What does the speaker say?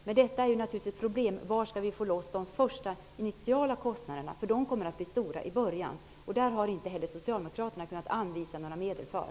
Men problemet är naturligtvis var vi skall få loss pengar till de första initiala kostnaderna. De kommer att bli stora i början. Det har inte heller Socialdemokraterna kunnat anvisa några medel för.